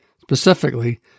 specifically